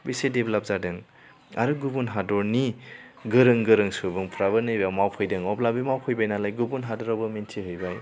बेसे देब्लाप जादों आरो गुबुन हादरनि गोरों गोरों सुबुंफ्राबो नैबेयाव मावफैदों अब्ला बे मावफैबाय नालाय गुबुन हादरावबो मिथिहैबाय